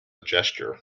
gesture